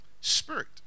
Spirit